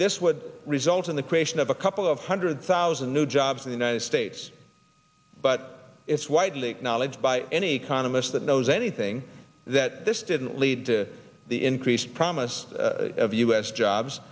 this would result in the creation of a couple of hundred thousand new jobs in the united states but it's widely acknowledged by any economist that knows anything that this didn't lead to the increase promise